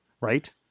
right